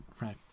right